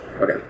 Okay